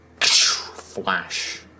flash